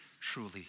truly